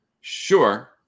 Sure